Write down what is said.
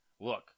look